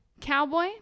Cowboy